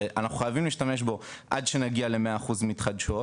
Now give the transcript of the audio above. ואנחנו חייבים להשתמש בו עד שנגיע ל- 100% מתחדשות,